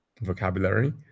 vocabulary